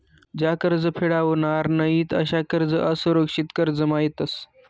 ज्या कर्ज फेडावनार नयीत अशा कर्ज असुरक्षित कर्जमा येतस